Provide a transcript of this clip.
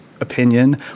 opinion